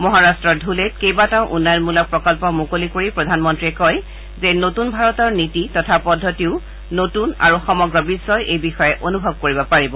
মহাৰট্টৰ ধুলেত কেইটাবাও উন্নয়নমূলক প্ৰকল্প মুকলি কৰি প্ৰধানমন্ত্ৰীয়ে কয় যে নতুন ভাৰতৰ নীতি তথা পদ্ধতিও নতুন আৰু সমগ্ৰ বিশ্বই এই বিষয়ে অনুভৱ কৰিব পাৰিব